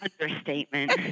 understatement